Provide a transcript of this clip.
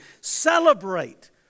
Celebrate